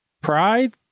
Pride